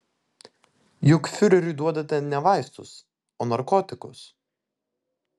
juk fiureriui duodate ne vaistus o narkotikus